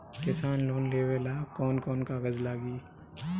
किसान लोन लेबे ला कौन कौन कागज लागि?